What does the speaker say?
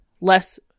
less